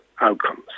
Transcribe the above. outcomes